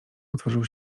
utworzył